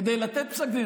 כדי לתת פסק דין.